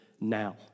now